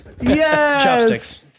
Yes